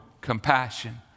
compassion